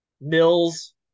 Mills